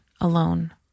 alone